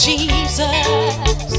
Jesus